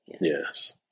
Yes